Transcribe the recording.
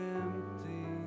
empty